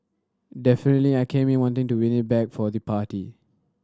definitely I came in wanting to win it back for the party